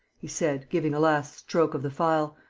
he said, giving a last stroke of the file.